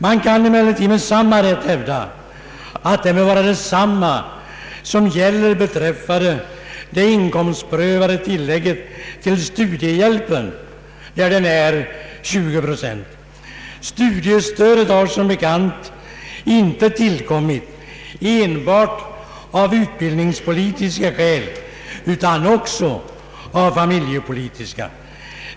Man kan emellertid med samma rätt hävda att samma regler bör tillämpas som för det inkomstprövade tillägget inom studiehjälpen, d.v.s. en ökning med 20 procent. Studiestödet har som bekant inte tillkommit enbart av utbildningspolitiska skäl utan också av familjepolitiska skäl.